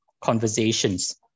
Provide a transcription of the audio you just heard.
conversations